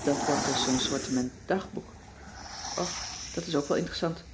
dat wordt dus zoo'n soortement dagboek och dat is ook wel interessant